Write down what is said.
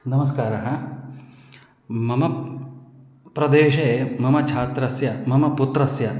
नमस्कारः मम प्रदेशे मम छात्रस्य मम पुत्रस्य